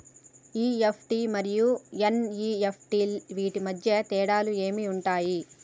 EFT మరియు NEFT వీటి మధ్య తేడాలు ఏమి ఉంటాయి?